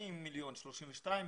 40 מיליון, 32 מיליון.